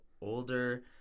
older